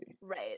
Right